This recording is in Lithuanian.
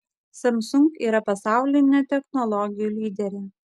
samsung yra pasaulinė technologijų lyderė